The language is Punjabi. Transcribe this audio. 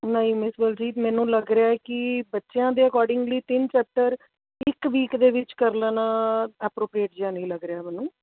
ਨਹੀਂ ਜੀ ਮੈਨੂੰ ਲੱਗ ਰਿਹਾ ਕਿ ਬੱਚਿਆਂ ਦੇ ਅਕੋਰਡਿੰਗਲੀ ਤਿੰਨ ਚੈਪਟਰ ਇੱਕ ਵੀਕ ਦੇ ਵਿੱਚ ਕਰ ਲੈਣਾ ਐਪਰੋਪ੍ਰੀਏਟ ਜਿਹਾ ਨਹੀਂ ਲੱਗ ਰਿਹਾ ਮੈਨੂੰ